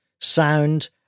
sound